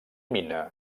mina